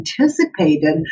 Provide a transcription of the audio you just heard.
anticipated